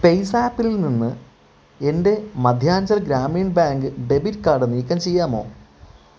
പേയ്സാപ്പിൽ നിന്ന് എന്റെ Madhyanchal Gramin bank debit card നീക്കം ചെയ്യാമോ